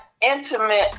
intimate